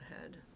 head